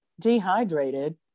dehydrated